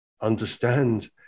understand